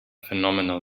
phenomenal